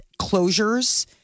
closures